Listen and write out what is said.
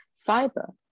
Fiber